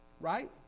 Right